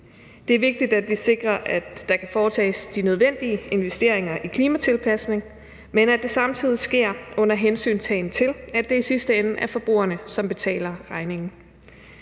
Det er vigtigt, at vi sikrer, at der kan foretages de nødvendige investeringer i klimatilpasning, men at det samtidig sker under hensyntagen til, at det i sidste ende er forbrugerne, som betaler regningen.